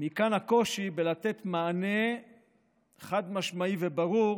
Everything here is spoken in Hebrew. מכאן הקושי לתת מענה חד-משמעי וברור,